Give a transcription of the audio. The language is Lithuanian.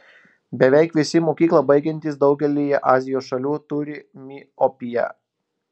beveik visi mokyklą baigiantys daugelyje azijos šalių turi miopiją